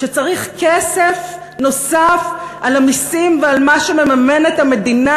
שצריך כסף נוסף על המסים ועל מה שמממנת המדינה